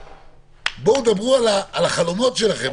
בואו דברו על החלומות שלכם.